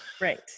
Right